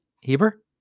Heber